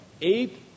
eight